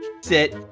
sit